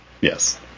Yes